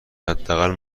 حداقل